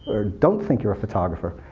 or don't think you're a photographer,